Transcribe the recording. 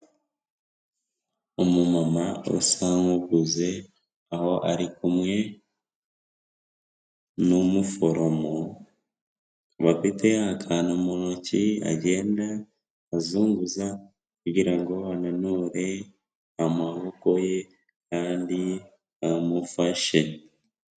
Umumama usa nk'uguze, aho ari kumwe n'umuforomo, bafite akantu mu ntoki agenda azunguza kugira ngo ananure amaboko ye kandi amufashe.